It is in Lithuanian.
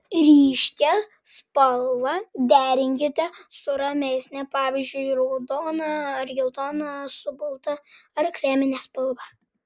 ryškią spalvą derinkite su ramesne pavyzdžiui raudoną ar geltoną su balta ar kremine spalva